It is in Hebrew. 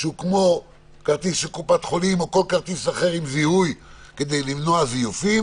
כמו כרטיס של קופת חולים או כל כרטיס אחר עם זיהוי כדי למנוע זיופים.